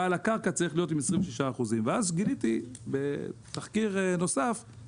בעל הקרקע צריך להיות עם 26%. ואז גיליתי בתחקיר נוסף,